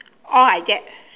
all like that